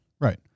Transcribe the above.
Right